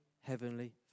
heavenly